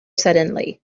suddenly